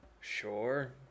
sure